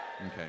Okay